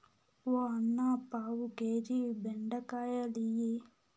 ఓ అన్నా, పావు కేజీ బెండకాయలియ్యి